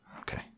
Okay